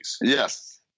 Yes